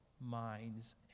minds